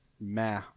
meh